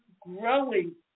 growing